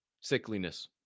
sickliness